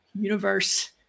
Universe